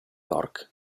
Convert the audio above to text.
york